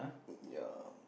ya